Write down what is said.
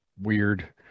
weird